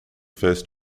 first